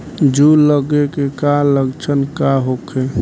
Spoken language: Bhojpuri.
जूं लगे के का लक्षण का होखे?